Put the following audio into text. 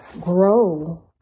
grow